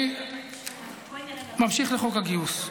אני ממשיך לחוק הגיוס.